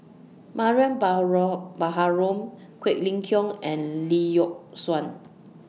Mariam Baharom Quek Ling Kiong and Lee Yock Suan